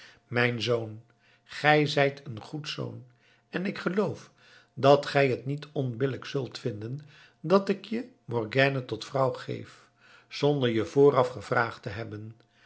mijn zoon gij zijt een goed zoon en ik geloof dat gij het niet onbillijk zult vinden dat ik je morgiane tot vrouw geef zonder je vooraf gevraagd te hebben